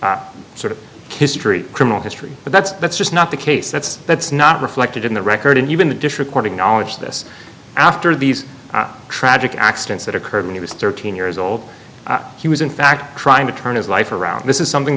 sort of history criminal history but that's that's just not the case that's that's not reflected in the record and even the district court acknowledge this after these tragic accidents that occurred when he was thirteen years old he was in fact trying to turn his life around this is something